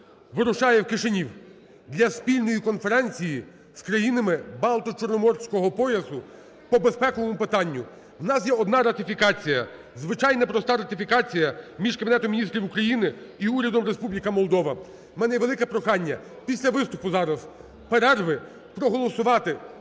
вирушає в Кишинів для спільної конференції з країнами Балто-Чорноморського поясу по безпековому питанню. У нас є одна ратифікація, звичайна, проста ратифікація між Кабінетом Міністрів України і урядом Республіка Молдова. У мене велике прохання після виступу зараз, перерви, проголосувати